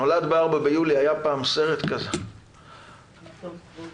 היה פעם סרט שנקרא "נולד ב-4 ביולי".